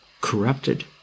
corrupted